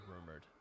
rumored